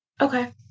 Okay